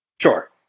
Sure